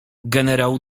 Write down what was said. generał